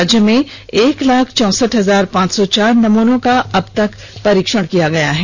राज्य में अबतक एक लाख चौंसठ हजार पांच सौ चार नमूनों का परीक्षण किया गया है